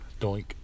doink